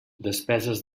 despeses